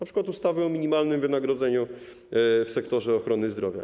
Np. ustawy o minimalnym wynagrodzeniu w sektorze ochrony zdrowia.